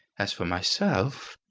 as for myself.